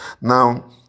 Now